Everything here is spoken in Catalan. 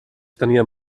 tenien